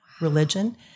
religion